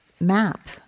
map